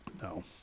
No